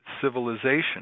civilization